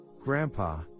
grandpa